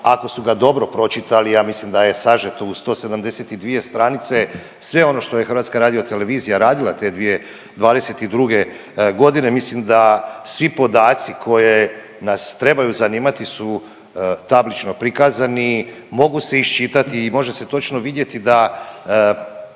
ako su ga dobro pročitali, ja mislim da je sažeto u 172 stranice sve ono što je HRT radila te 2022.g., mislim da svi podaci koje nas trebaju zanimati su tablično prikazani, mogu se iščitati i može se točno vidjeti da